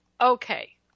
Okay